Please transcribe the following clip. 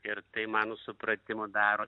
ir tai mano supratimu daro